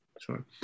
Sure